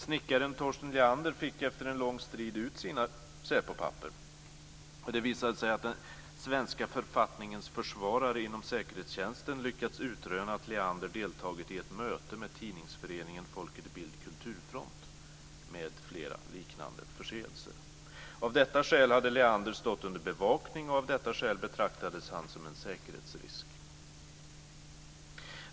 Snickaren Torsten Leander fick efter en lång strid ut sina SÄPO-papper. Det visade sig att den svenska författningens försvarare inom säkerhetstjänsten lyckats utröna att Leander deltagit i ett möte med tidningsföreningen Folket i Bild/Kulturfront, m.fl. liknande förseelser. Av detta skäl hade Leander stått under bevakning och av detta skäl betraktades han som en säkerhetsrisk.